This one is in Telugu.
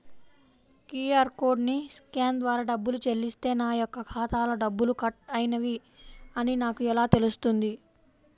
క్యూ.అర్ కోడ్ని స్కాన్ ద్వారా డబ్బులు చెల్లిస్తే నా యొక్క ఖాతాలో డబ్బులు కట్ అయినవి అని నాకు ఎలా తెలుస్తుంది?